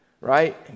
right